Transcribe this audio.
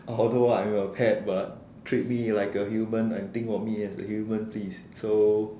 although I'm a pet but treat me like a human and think of me as a human please so